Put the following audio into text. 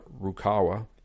Rukawa